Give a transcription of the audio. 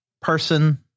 person